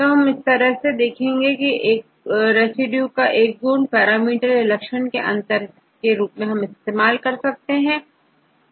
तो तो हम रेसिड्यू को एक गुण पैरामीटर या लक्षण के रूप में अंतर करने के लिए इस्तेमाल कर सकते हैं